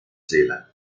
seele